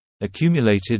Accumulated